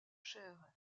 cher